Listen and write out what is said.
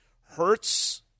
Hurts